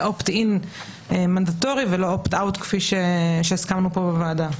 opt in מנדטורי ולא opt out כפי שהזכרנו פה בוועדה.